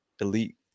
elite